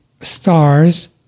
stars